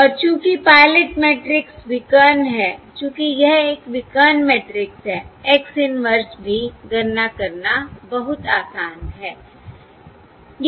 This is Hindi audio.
और चूंकि पायलट मैट्रिक्स विकर्ण है चूंकि यह एक विकर्ण मैट्रिक्स है X इन्वर्स भी गणना करना बहुत आसान है